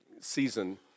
season